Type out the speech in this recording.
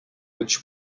which